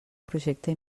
projecte